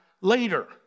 later